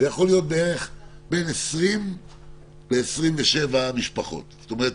זה יכול להיות בערך בין 20 ל-27 משפחות, זאת אומרת